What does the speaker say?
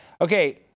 Okay